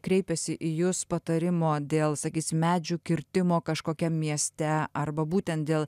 kreipiasi į jus patarimo dėl sakysim medžių kirtimo kažkokiam mieste arba būtent dėl